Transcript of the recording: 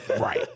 Right